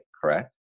correct